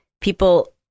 People